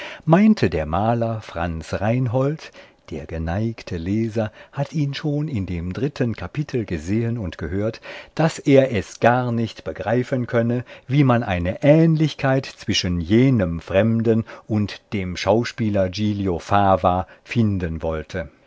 meinte der maler franz reinhold der geneigte leser hat ihn schon in dem dritten kapitel gesehen und gehört daß er es gar nicht begreifen könne wie man eine ähnlichkeit zwischen jenem fremden und dem schauspieler giglio fava finden wollte